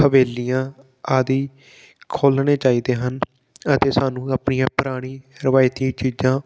ਹਵੇਲੀਆਂ ਆਦਿ ਖੋਲ੍ਹਣੇ ਚਾਹੀਦੇ ਹਨ ਅਤੇ ਸਾਨੂੰ ਆਪਣੀਆਂ ਪੁਰਾਣੀ ਰਵਾਇਤੀ ਚੀਜ਼ਾਂ